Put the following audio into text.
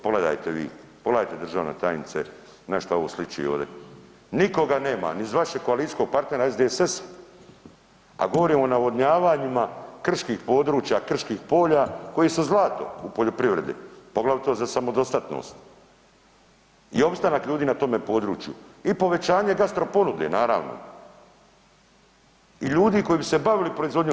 Pogledajte vi, pogledajte državna tajnice na što ovo sliči ovdje, nikoga nema ni iz vašeg koalicijskog partnera SDSS, a govorim o navodnjavanjima krških područja, krških polja koji su zlato u poljoprivredi poglavito za samodostatnost i opstanak ljudi na tome području i povećanje gastro ponude naravno i ljudi koji bi se bavili proizvodnjom.